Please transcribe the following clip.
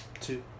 Two